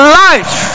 life